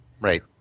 Right